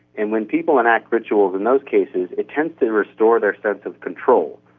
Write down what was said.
and when people enact rituals in those cases it tends to restore their sense of control.